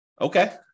Okay